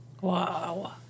Wow